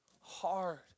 hard